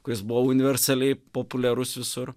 kuris buvo universaliai populiarus visur